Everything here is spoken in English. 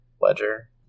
ledger